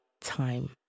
time